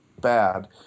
bad